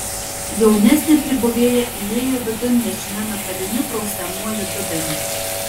jaunesnė pribuvėja įėjo vidun nešina metaliniu prausiamuoju dubeniu